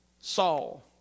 Saul